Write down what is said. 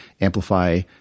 amplify